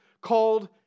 called